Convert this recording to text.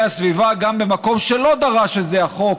הסביבה גם במקום שלא דרש את זה החוק,